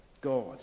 God